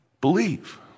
believe